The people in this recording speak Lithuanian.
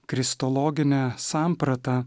kristologinę sampratą